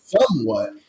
somewhat